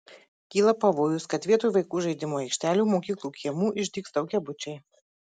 kyla pavojus kad vietoj vaikų žaidimų aikštelių mokyklų kiemų išdygs daugiabučiai